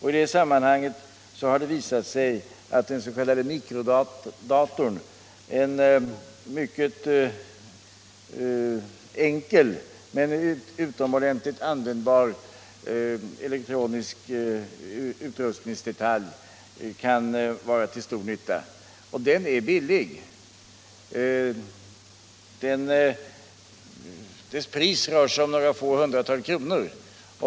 I det sammanhanget har det visat sig att den s.k. mikrodatorn — en mycket enkel men utomordentligt användbar elektronisk utrustningsdetalj — kan vara till stor nytta. Och den är billig; dess pris rör sig om några få hundratal kronor.